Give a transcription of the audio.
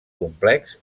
complex